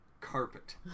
carpet